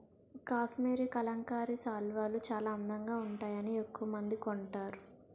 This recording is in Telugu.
కాశ్మరీ కలంకారీ శాలువాలు చాలా అందంగా వుంటాయని ఎక్కవమంది కొంటారు